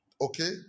Okay